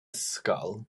ysgol